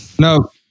No